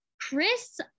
chris